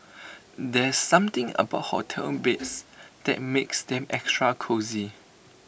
there's something about hotel beds that makes them extra cosy